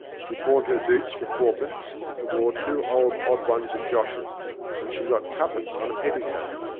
she pawned her boots for four pence, and wore two old odd ones of josh's and she got twopence on a petticoat.